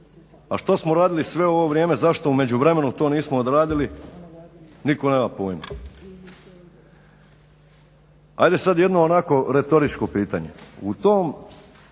a što smo radili svo ovo vrijeme, zašto u međuvremenu to nismo odradili, nitko nema pojma. Ajde sad jedno onakvo retoričko pitanje, u tom